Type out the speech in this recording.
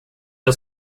jag